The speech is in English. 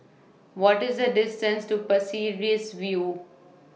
What IS The distance to Pasir Ris View